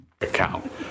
Account